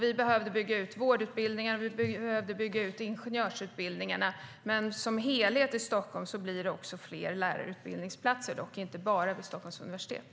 Vi behövde bygga ut vårdutbildningarna, och vi behövde bygga ut ingenjörsutbildningarna. Men i Stockholm som helhet blir det fler lärarutbildningsplatser, dock inte bara vid Stockholms universitet.